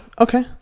Okay